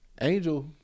Angel